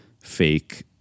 fake